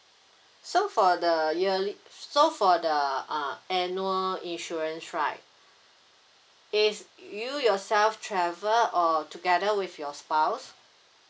so for the yearly so for the uh annual insurance right is you yourself travel or together with your spouse